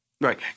right